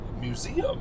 museum